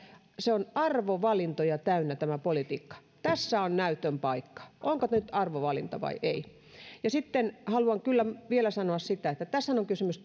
on arvovalintoja täynnä tämä politiikka tässä on näytön paikka onko nyt arvovalinta vai ei sitten haluan kyllä vielä sanoa että tässähän on kysymys